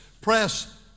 Press